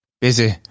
Busy